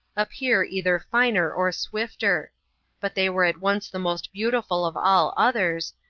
appear either finer or swifter but they were at once the most beautiful of all others,